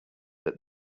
that